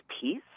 peace